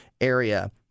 area